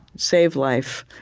save life,